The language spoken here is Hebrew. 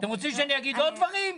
אתם רוצים שאני אגיד עוד דברים?